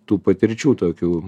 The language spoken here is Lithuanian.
tų patirčių tokių